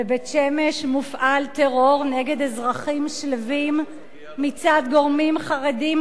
בבית-שמש מופעל טרור נגד אזרחים שלווים מצד גורמים חרדיים,